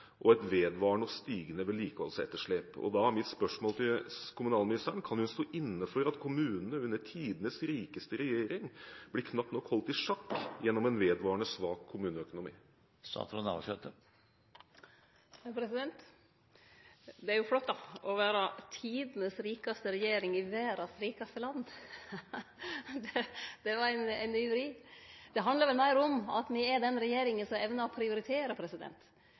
og et vedvarende og stigende vedlikeholdsetterslep. Så da er mitt spørsmål til kommunalministeren: Kan hun stå inne for at kommunene under tidenes rikeste regjering knapt nok blir holdt i sjakk gjennom en vedvarende svak kommuneøkonomi? Det er jo flott å vere tidenes rikaste regjering i verdas rikaste land. Det var ein ny vri. Det handlar vel meir om at me er den regjeringa som evnar å prioritere